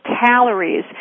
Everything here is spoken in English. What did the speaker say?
calories